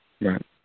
Right